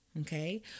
okay